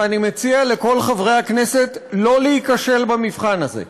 ואני מציע לכל חברי הכנסת שלא להיכשל במבחן הזה.